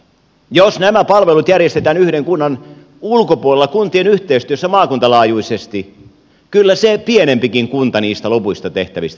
jos nämä palvelut järjestetään yhden kunnan ulkopuolella kuntien yhteistyössä maakuntalaajuisesti kyllä se pienempikin kunta niistä lopuista tehtävistä selviää